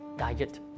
diet